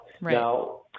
Now